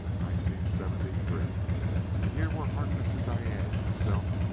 nineteen seventy-three and here were harkness and diane and himself,